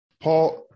Paul